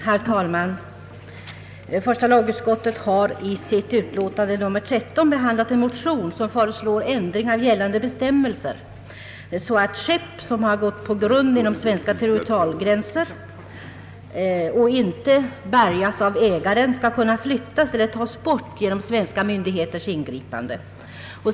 Herr talman! Första lagutskottet har i sitt utlåtande nr 13 behandlat en motion som föreslår ändring av gällande bestämmelser så att skepp som gått på grund inom svenska territorialgränser och som inte bärgats av ägaren skall kunna flyttas eller tas bort genom svenska myndigheters ingripande.